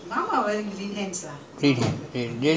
vendikka with uh long bean